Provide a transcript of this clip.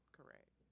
Correct